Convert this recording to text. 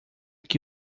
que